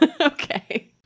Okay